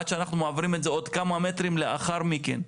עד שאנחנו מעבירים את זה עוד כמה מטרים לאחר מכן.